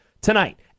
tonight